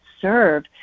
serve